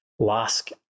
Lask